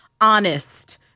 honest